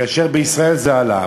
כאשר בישראל זה עלה.